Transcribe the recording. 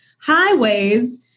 highways